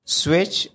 switch